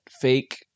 fake